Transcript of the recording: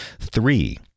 Three